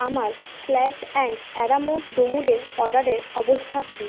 আমার স্ল্যাজ and aroma ডুমুরের অর্ডারের অবস্থা কী